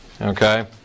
okay